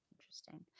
Interesting